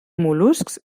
mol·luscs